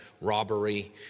Robbery